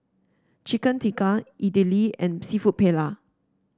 Chicken Tikka Idili and seafood Paella